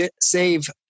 save